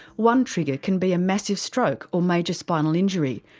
one trigger can be a massive stroke or major spinal injury,